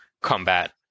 combat